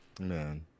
Man